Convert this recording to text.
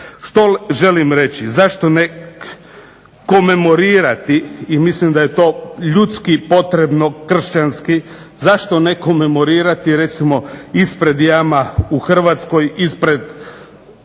Što želim reći? Zašto ne komemorirati i mislim da je to ljudski potrebno, kršćanski, zašto ne komemorirati ispred jama u Hrvatskoj ispred